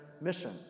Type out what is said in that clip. mission